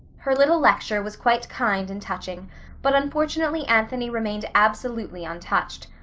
her little lecture was quite kind and touching but unfortunately anthony remained absolutely untouched.